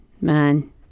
man